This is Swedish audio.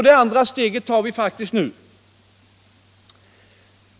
Det andra steget tar vi faktiskt nu.